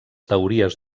teories